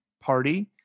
party